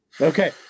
Okay